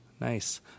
Nice